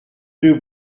deux